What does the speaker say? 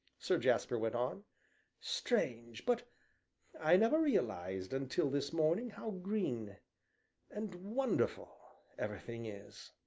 sir jasper went on strange, but i never realized, until this morning, how green and wonderful everything is!